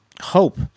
hope